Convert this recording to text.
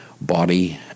body